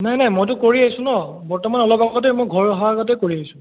নাই নাই মইতো কৰি আছোঁ ন বৰ্তমান অলপ আগতে মই ঘৰ অহাৰ আগতে কৰি আহিছোঁ